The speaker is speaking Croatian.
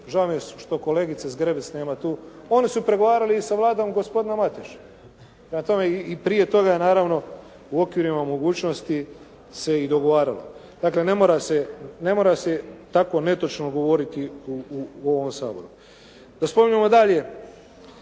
žao mi je što kolegice Zgrebec nema tu, oni su pregovarali i sa vladom gospodina Mateše. Prema tome, i prije toga je naravno u okvirima mogućnosti se i dogovaralo. Dakle, ne mora se tako netočno govoriti u ovom Saboru. Da spominjemo dalje